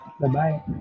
Bye-bye